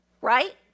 Right